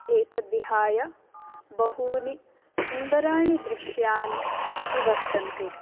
एतद्विहाय बहूनि सुन्दराणि दृश्यानि अपि वर्तन्ते